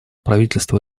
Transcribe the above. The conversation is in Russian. правительство